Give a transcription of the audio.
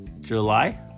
july